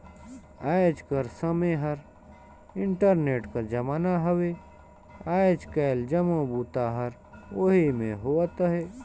आएज कर समें हर इंटरनेट कर जमाना हवे आएज काएल जम्मो बूता हर ओही में होवत अहे